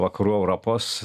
vakarų europos